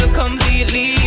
completely